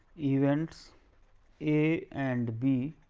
events a and b